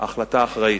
החלטה אחראית.